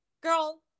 girl